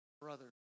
brother